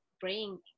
bring